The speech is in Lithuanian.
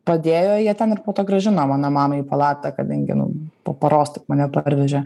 padėjo jie ten ir po to grąžino mano mamai į palatą kadangi nu po paros tik mane parvežė